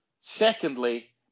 Secondly